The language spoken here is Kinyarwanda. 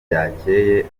ryakeye